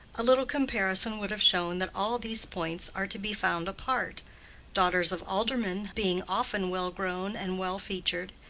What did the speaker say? a little comparison would have shown that all these points are to be found apart daughters of aldermen being often well-grown and well-featured,